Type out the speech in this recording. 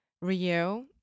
Rio